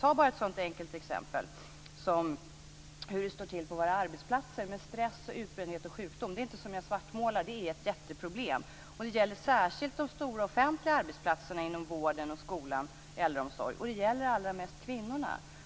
Ta bara ett sådant enkelt exempel som hur det står till på våra arbetsplatser, med stress, utbrändhet och sjukdom! Det är inte som jag svartmålar; det är ett jätteproblem. Det gäller särskilt de stora, offentliga arbetsplatserna inom vården, skolan och äldreomsorgen, och det gäller allra mest kvinnorna.